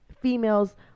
females